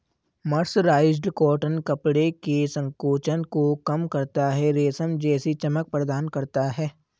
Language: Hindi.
मर्सराइज्ड कॉटन कपड़े के संकोचन को कम करता है, रेशम जैसी चमक प्रदान करता है